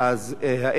מחלף הוא אמר.